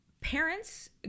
parents